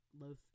loaf